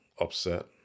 upset